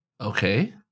Okay